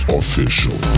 official